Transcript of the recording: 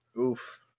Oof